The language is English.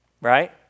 right